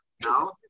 now